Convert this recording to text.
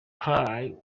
cry